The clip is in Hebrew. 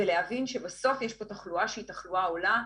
ולהבין שבסוף יש פה תחלואה שהיא תחלואה עולה.